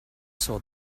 saw